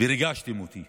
וריגשתם אותי